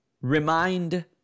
remind